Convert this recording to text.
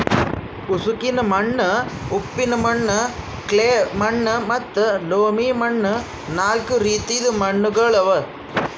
ಉಸುಕಿನ ಮಣ್ಣ, ಉಪ್ಪಿನ ಮಣ್ಣ, ಕ್ಲೇ ಮಣ್ಣ ಮತ್ತ ಲೋಮಿ ಮಣ್ಣ ನಾಲ್ಕು ರೀತಿದು ಮಣ್ಣುಗೊಳ್ ಅವಾ